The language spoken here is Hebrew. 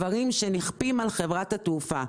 דברים שנכפים על חברת התעופה,